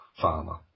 farmer